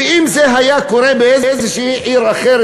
ואם זה היה קורה באיזושהי עיר אחרת,